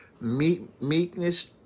Meekness